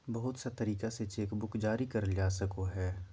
बहुत सा तरीका से चेकबुक जारी करल जा सको हय